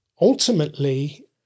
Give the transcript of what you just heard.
ultimately